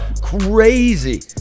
crazy